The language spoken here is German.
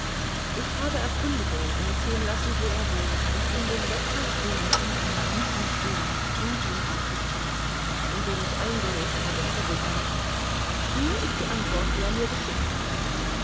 ich habe erkundigungen einziehen lassen wo er wohnt und ihm den wechsel den er diesem menschen dem trubin ausgestellt hatte und den ich eingelöst habe zugesandt hier ist die antwort die er mir geschickt hat